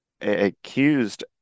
accused